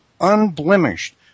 unblemished